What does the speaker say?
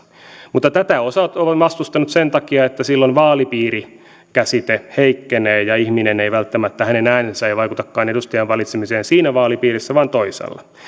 mutta tätä osa on vastustanut sen takia että silloin vaalipiirikäsite heikkenee ja ihmisen ääni ei välttämättä vaikutakaan edustajan valitsemiseen siinä vaalipiirissä vaan toisaalla